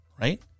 Right